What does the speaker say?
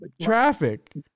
traffic